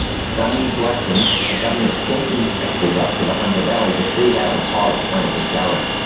stung into action, the government sent inspectors up to the hunter valley to see how the pilot plant was going.